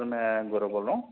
sir में गौरव बोल रहा हूं